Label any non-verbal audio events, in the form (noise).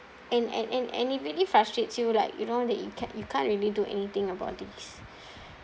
and and and and it really frustrates you like you know that you ca~ you can't really do anything about this (breath)